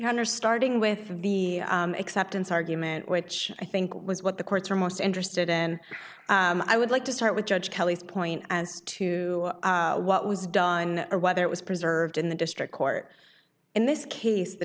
honor starting with the acceptance argument which i think was what the courts are most interested in i would like to start with judge kelly's point as to what was done or whether it was preserved in the district court in this case the